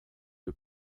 que